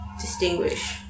distinguish